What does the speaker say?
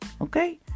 Okay